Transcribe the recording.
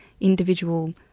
individual